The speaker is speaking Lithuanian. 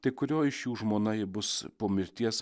tai kurio iš jų žmona ji bus po mirties